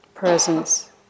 Presence